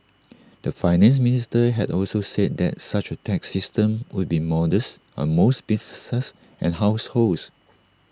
the Finance Minister had also said that such A tax system would be modest on most businesses and households